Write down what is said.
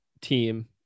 team